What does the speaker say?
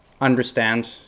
understand